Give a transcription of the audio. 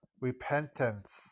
repentance